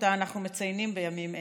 שאותה אנחנו מציינים בימים אלה,